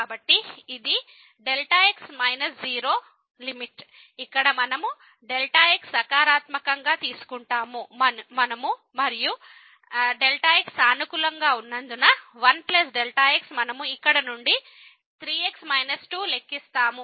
కాబట్టి ఇది x→0లిమిట్ ఇక్కడ మనం x సకారాత్మకంగా తీసుకుంటాము మరియు x సానుకూలంగా ఉన్నందున 1 Δ x మనము ఇక్కడ నుండి 3x 2 లెక్కిస్తాము